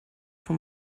vom